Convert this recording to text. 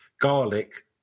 garlic